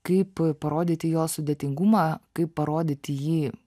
kaip parodyti jo sudėtingumą kaip parodyti jį